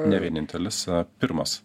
ne vienintelis pirmas